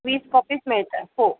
वीस कॉपीज मिळतात हो